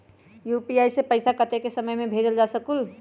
UPI से पैसा कतेक समय मे भेजल जा स्कूल?